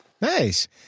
Nice